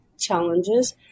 challenges